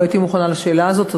לא הייתי מוכנה לשאלה הזאת.